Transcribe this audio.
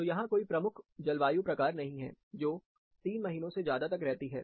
तो यहां कोई प्रमुख जलवायु प्रकार नहीं है जो 3 महीनों से ज्यादा तक रहती है